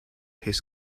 his